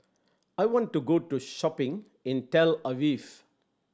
I want to go to shopping in Tel Aviv